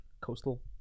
Coastal